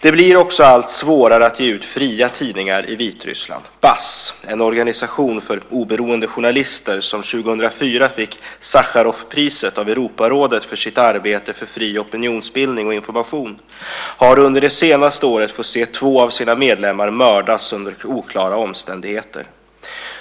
Det blir också allt svårare att ge ut fria tidningar i Vitryssland. BAZH - en organisation för oberoende journalister som 2004 fick Sacharovpriset av Europarådet för sitt arbete för fri opinionsbildning och information - har under det senaste året fått se två av sina medlemmar mördas under oklara omständigheter.